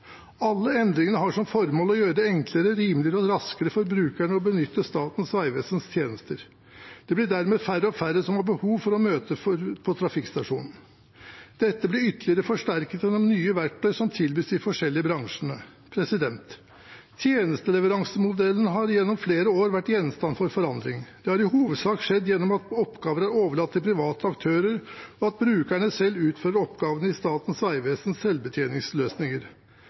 Alle endringene har som formål å gjøre det enklere, rimeligere og raskere for brukeren å benytte seg av Statens vegvesens tjenester. Det blir dermed færre og færre som har behov for å møte på trafikkstasjonen. Dette blir ytterligere forsterket gjennom nye verktøy som tilbys de forskjellige bransjene. Tjenesteleveransemodellen har gjennom flere år vært gjenstand for forandring. Det har i hovedsak skjedd gjennom at oppgavene er overlatt til private aktører, og at brukerne selv utfører oppgavene i Statens vegvesens